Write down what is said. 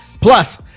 Plus